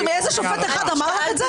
איזה שופט אחד אמר לך את זה?